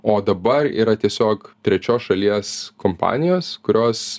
o dabar yra tiesiog trečios šalies kompanijos kurios